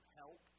help